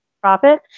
profit